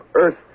earth